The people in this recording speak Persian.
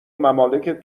ممالک